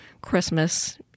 Christmas